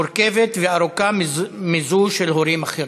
מורכבת וארוכה מזו של הורים אחרים.